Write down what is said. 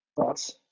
thoughts